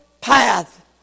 path